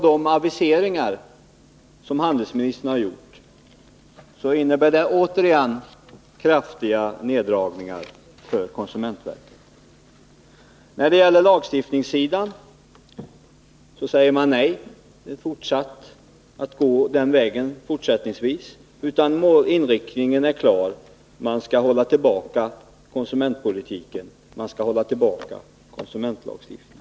De aviseringar som handelsministern har gjort innebär nya kraftiga neddragningar för konsumentverket. När det gäller lagstiftningsområdet säger man nej till fortsatt reformarbete. Inriktningen är klar: man skall hålla tillbaka konsumentpolitiken och konsumentlagstiftningen.